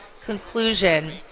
conclusion